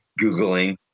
Googling